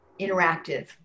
interactive